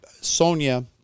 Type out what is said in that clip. Sonia